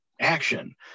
action